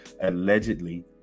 allegedly